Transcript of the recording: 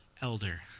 elder